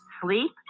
sleep